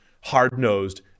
hard-nosed